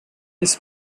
his